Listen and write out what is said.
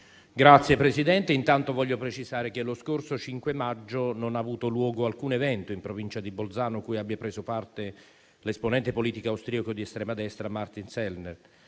Signor Presidente, intanto voglio precisare che lo scorso 5 maggio non ha avuto luogo alcun evento in provincia di Bolzano a cui abbia preso parte l'esponente politico austriaco di estrema destra Martin Sellner.